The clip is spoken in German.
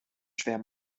schwer